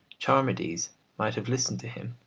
charmides might have listened to him,